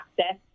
access